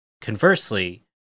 Conversely